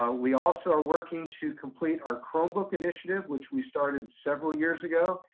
ah we also are working to complete our chromebook initiative, which we started several years ago,